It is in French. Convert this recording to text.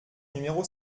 numéro